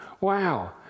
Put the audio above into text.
Wow